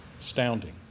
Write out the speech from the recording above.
Astounding